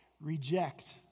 Reject